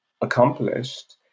accomplished